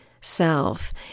self